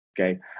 okay